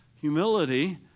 Humility